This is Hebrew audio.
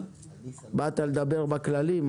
באת לדבר באופן כללי?